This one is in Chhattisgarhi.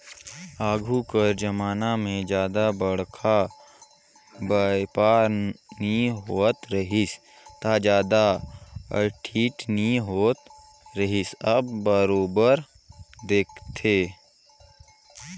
आघु कर जमाना में जादा बड़खा बयपार नी होवत रहिस ता जादा आडिट नी होत रिहिस अब बरोबर देखथे